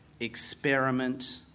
experiment